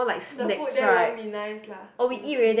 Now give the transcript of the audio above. the food there won't be nice lah in a sense